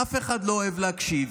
אף אחד לא אוהב להקשיב,